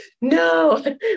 no